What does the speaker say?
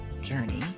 journey